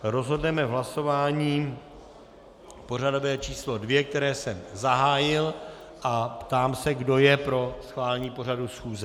Rozhodneme v hlasování pořadové číslo 2, které jsem zahájil, a ptám se, kdo je pro schválení pořadu schůze.